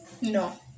No